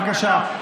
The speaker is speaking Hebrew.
בבקשה,